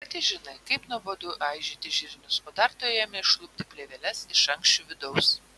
pati žinai kaip nuobodu aižyti žirnius o dar turėjome išlupti plėveles iš ankščių vidaus